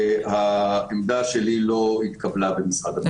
העמדה שלי לא התקבלה במשרד הבריאות.